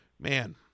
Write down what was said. Man